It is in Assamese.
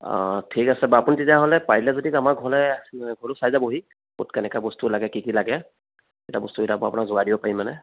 অ ঠিক আছে বাৰু আপুনি তেতিয়াহ'লে পাৰিলে যদি আমাৰ ঘৰলৈ ঘৰটো চাই যাবহি ক'ত কেনেকৈ বস্তু লাগে কি কি লাগে তেতিয়া বস্তুকেইটা আপোনাক যোগাৰ দিব পাৰিম মানে